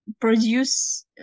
produce